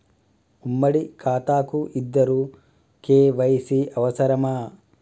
ఉమ్మడి ఖాతా కు ఇద్దరు కే.వై.సీ అవసరమా?